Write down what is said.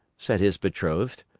said his betrothed.